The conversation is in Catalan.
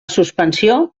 suspensió